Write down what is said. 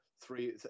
three